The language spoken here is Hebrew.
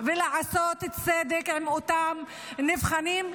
ולעשות צדק עם אותם נבחנים,